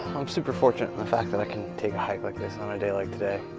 i'm super fortunate in the fact that i can take a hike like this on a day like today.